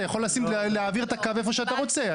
אתה יכול להעביר את הקו איפה שאתה רוצה.